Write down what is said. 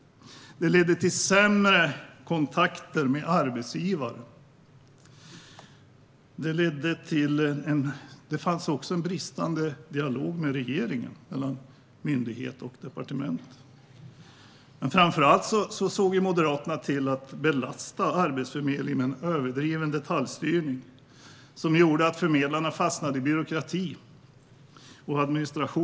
Det ledde även till sämre kontakter med arbetsgivare. Det brast i dialogen med regeringen, alltså mellan myndighet och departement. Framför allt såg Moderaterna till att belasta Arbetsförmedlingen med en överdriven detaljstyrning som gjorde att förmedlarna fastnade i byråkrati och administration.